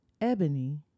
Ebony